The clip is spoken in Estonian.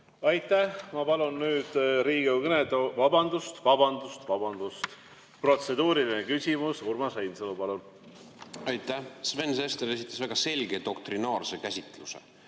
Aitäh! Ma palun nüüd Riigikogu kõnetooli ... Vabandust! Vabandust-vabandust! Protseduuriline küsimus, Urmas Reinsalu, palun! Aitäh! Sven Sester esitas väga selge doktrinaarse käsitluse.